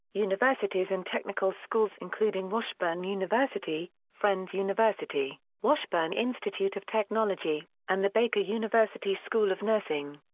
universities and technical schools including washburn university, friends university, washburn institute of technology, and the baker university school of nursing.